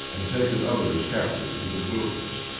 and taken others captive into the wilderness.